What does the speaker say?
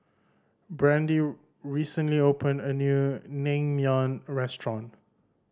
Brande recently opened a new Naengmyeon Restaurant